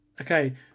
Okay